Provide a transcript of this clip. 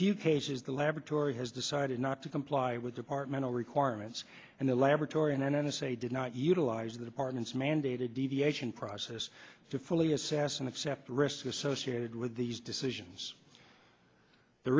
few cases the laboratory has decided not to comply with departmental requirements and the laboratory and n s a did not utilize the department's mandated deviation process to fully assess and accept risk associated with these decisions the